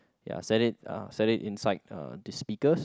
ya set it uh set it inside uh the speakers